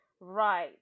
Right